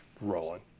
rolling